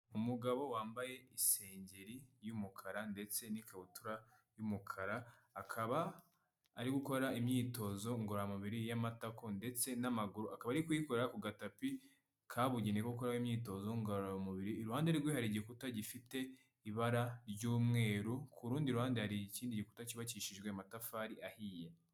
Umugabo wambaye isengengeri y'umukara ndetse n'ikabutura y'umukara, akaba ari gukora imyitozo ngororamubiri y'amatako ndetse n'amaguru, akaba ari kuyikora ku gatapi kabugenewe ko gukoreraho imyitozo ngororamubiri, iruhande rwe hari igikuta gifite ibara ry'umweru, ku rundi ruhande hari ikindi gikuta cyubakishijwe amatafari ahiye.